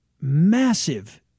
massive